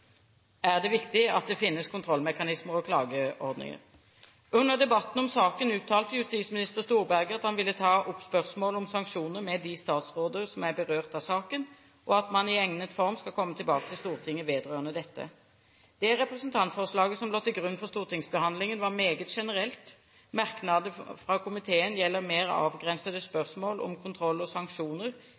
er det viktig at det finnes kontrollmekanismer og klageordninger. Under debatten om saken uttalte daværende justisminister, Storberget, at han ville ta opp spørsmålet om sanksjoner med de statsråder som var berørt av saken, og at man i egnet form skulle komme tilbake til Stortinget vedrørende dette. Det representantforslaget som lå til grunn for stortingsbehandlingen, var meget generelt. Merknadene fra komiteen gjelder mer avgrensede spørsmål om kontroll og sanksjoner